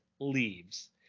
leaves